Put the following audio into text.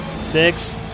six